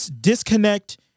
disconnect